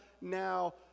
now